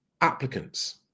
applicants